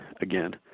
again